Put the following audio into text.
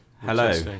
Hello